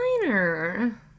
designer